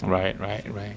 right right right